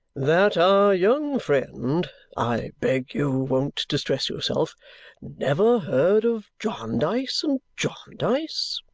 that our young friend i beg you won't distress yourself never heard of jarndyce and jarndyce!